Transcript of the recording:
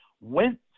went